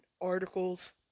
articles